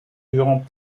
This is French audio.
durant